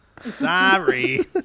Sorry